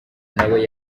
nawe